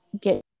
get